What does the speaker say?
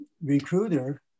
recruiter